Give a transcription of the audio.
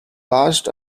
last